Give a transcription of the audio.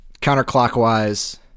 counterclockwise